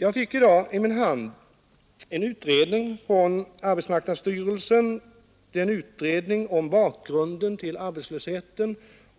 Jag fick i dag i min hand en utredning från arbetsmarknadsstyrelsen om bakgrunden till arbetslösheten.